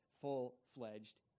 full-fledged